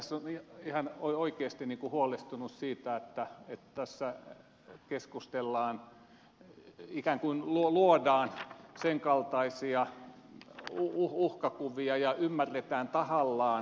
kyllä tässä on ihan oikeasti niin kuin huolestunut siitä että tässä ikään kuin luodaan sen kaltaisia uhkakuvia ja ymmärretään tahallaan väärin